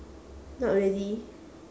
not really